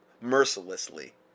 mercilessly